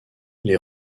les